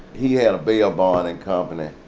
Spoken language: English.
he had a bail bonding company.